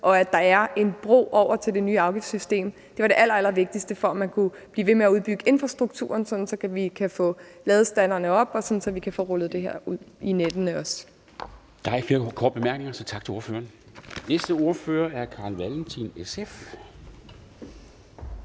og at der er en bro over til det nye afgiftssystem, var det allerallervigtigste, for at man kunne blive ved med at udbygge infrastrukturen, sådan at vi kan få ladestanderne op, og sådan at vi kan få rullet det her ud i nettet. Kl. 12:00 Formanden (Henrik Dam Kristensen): Der er ikke flere korte bemærkninger, så tak til ordføreren. Næste ordfører er hr. Carl Valentin, SF.